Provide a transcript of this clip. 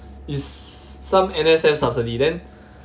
is some N_S_F subsidy then